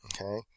okay